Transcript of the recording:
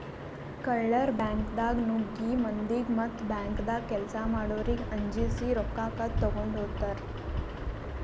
ಕಳ್ಳರ್ ಬ್ಯಾಂಕ್ದಾಗ್ ನುಗ್ಗಿ ಮಂದಿಗ್ ಮತ್ತ್ ಬ್ಯಾಂಕ್ದಾಗ್ ಕೆಲ್ಸ್ ಮಾಡೋರಿಗ್ ಅಂಜಸಿ ರೊಕ್ಕ ಕದ್ದ್ ತಗೊಂಡ್ ಹೋತರ್